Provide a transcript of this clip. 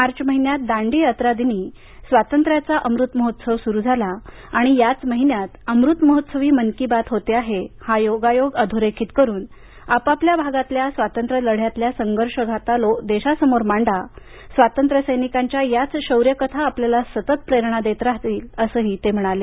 मार्च महिन्यात दांडीयात्रा दिनी स्वातंत्र्याचा अमृत महोत्सव सुरू झाला आणि याच महिन्यात अमृतमहोत्सवी मन की बात होते आहे हा योगायोग अधोरेखित करून आपापल्या भागातल्या स्वातंत्र्य लढ्यातल्या संघर्षगाथा देशासमोर मांडा स्वातंत्र्य सैनिकांच्या याच शौर्यकथा आपल्याला सतत प्रेरणा देत राहतील असं ते म्हणाले